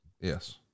yes